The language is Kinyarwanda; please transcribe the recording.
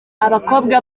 abakobwa